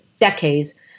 decades